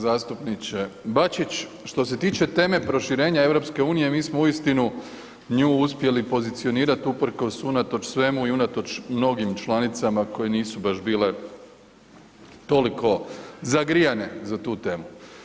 Zastupniče Bačić, što se tiče teme proširenja EU mi smo uistinu nju uspjeli pozicionirat uprkos, unatoč svemu i unatoč mnogim članicama koje nisu baš bile toliko zagrijane za tu temu.